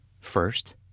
First